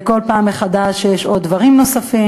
כל פעם יש דברים נוספים.